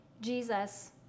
Jesus